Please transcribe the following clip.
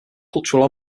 cultural